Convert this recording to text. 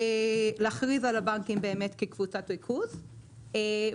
להכריז על הבנקים באמת כקבוצת ריכוז ולתת